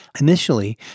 Initially